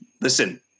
Listen